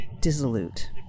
dissolute